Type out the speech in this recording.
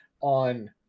on